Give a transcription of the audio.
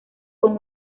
con